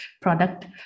product